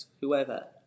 whoever